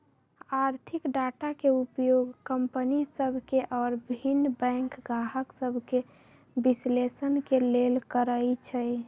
आर्थिक डाटा के उपयोग कंपनि सभ के आऽ भिन्न बैंक गाहक सभके विश्लेषण के लेल करइ छइ